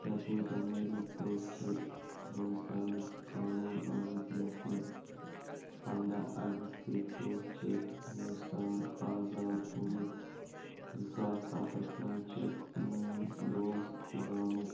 شَتوُہ جنؤرِیِکۍ دۄہ چھِ ہِندوستانَس قانوٗن آمٕتۍ لیکھنہٕ پنٛداہ اگستٕکۍ دۄہ چھِ ہِندوستان آزاد گوٚمُت زٕ ساس سَتَس منٛز چھِ میون دوس زامُت